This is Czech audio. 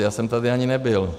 Já jsem tady ani nebyl.